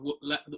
let